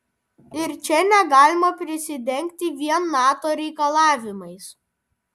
ir čia negalima prisidengti vien nato reikalavimais